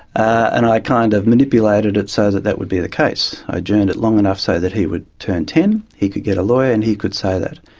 and i kind of manipulated it so that that would be the case. i adjourned it long enough so that he would turn ten, he could get a lawyer and he could say that.